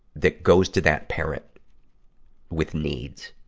that goes to that parent with needs,